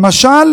למשל